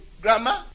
grandma